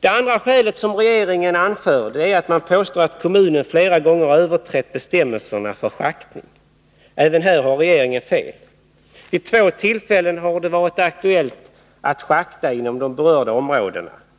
Det andra skälet som regeringen anför är att kommunen flera gånger skulle ha överträtt bestämmelserna vid schaktning. Även här har regeringen fel. Vid två tillfällen har det varit aktuellt att schakta inom de berörda områdena.